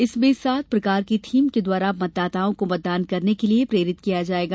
इसमें सात प्रकार की थीम के द्वारा मतदाताओं को मतदान करने के लिये प्रेरित किया जायेगा